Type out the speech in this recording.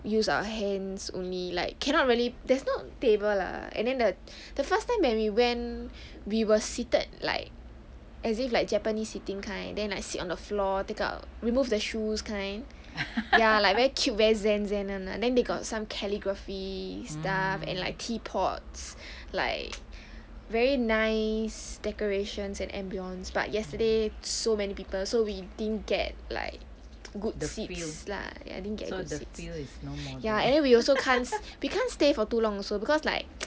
use our hands only like cannot really there's not table lah and then the the first time when went when we were seated like as if like japanese sitting kind then I sit on the floor take out remove the shoes kind ya like very cute very zen zen kind and then they got some calligraphy stuff and like tea pots like very nice decorations and ambiance but yesterday so many people so we didn't get like good seats lah I didn't get seats and then we also can't be can't stay for too long so because like